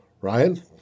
Ryan